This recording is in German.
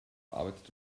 arbeitete